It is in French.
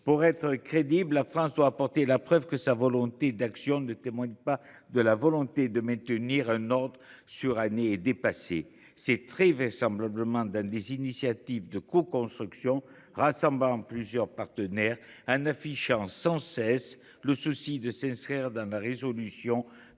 Pour être crédible, la France doit apporter la preuve que sa volonté d’action ne témoigne pas de la volonté de maintenir un ordre suranné et dépassé. C’est très vraisemblablement dans des initiatives de coconstruction, rassemblant plusieurs partenaires, et en affichant sans cesse le souci de s’inscrire dans la résolution